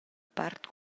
part